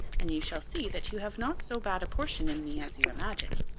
and you shall see that you have not so bad a portion in me as you imagine.